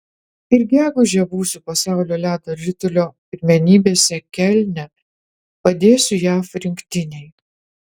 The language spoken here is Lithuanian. ir gegužę būsiu pasaulio ledo ritulio pirmenybėse kelne padėsiu jav rinktinei